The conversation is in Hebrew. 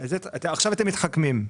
עכשיו אתם מתחכמים.